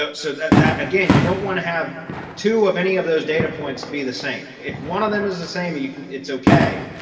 ah so that that again, you don't want to have to have any of those data points be the same. if one of them is the same. you can it's okay.